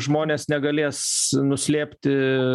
žmonės negalės nuslėpti